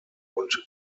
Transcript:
und